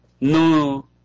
no